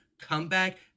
Comeback